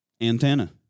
Antenna